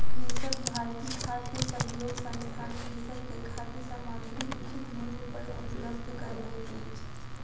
कृषक भारती खाद्य सहयोग संस्थान कृषक के खाद्य सामग्री उचित मूल्य पर उपलब्ध करबैत अछि